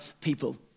people